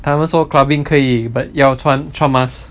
他们说 clubbing 可以 but 要穿穿 mask